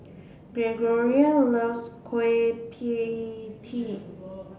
Gregoria loves Kueh Pie Tee